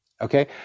Okay